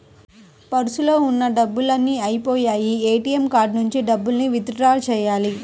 పర్సులో ఉన్న డబ్బులన్నీ అయ్యిపొయ్యాయి, ఏటీఎం కార్డు నుంచి డబ్బులు విత్ డ్రా చెయ్యాలి